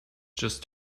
just